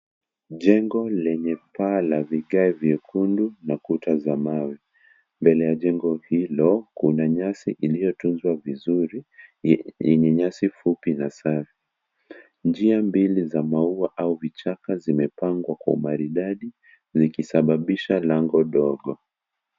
Jengo lenye paa la vigae vyekundu na kuta za mawe. Mbele ya jengo hilo kuna nyasi iliyotunzwa vizuri yenye nyasi fupi na safi . Njia mbili za maua au vijaka zimepangwa kwa umaridadi zikisababisha lango dogo.